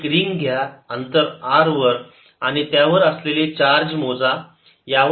एक रिंग घ्या अंतर r वर आणि त्यावर असलेले चार्ज मोजा